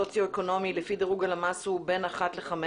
הסוציואקונומי לפי דירוג הלמ"ס הוא בין 1 ל-5,